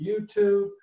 YouTube